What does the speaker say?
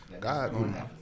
God